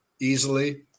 easily